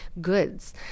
goods